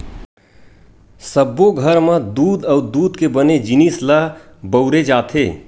सब्बो घर म दूद अउ दूद के बने जिनिस ल बउरे जाथे